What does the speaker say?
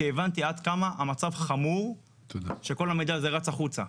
כי הבנתי עד כמה המצב חמור שכל המידע הזה רץ החוצה.